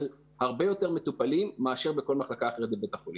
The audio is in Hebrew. על הרבה יותר מטופלים מאשר בכל מחלקה אחרת בבית החולים.